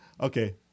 Okay